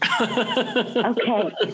Okay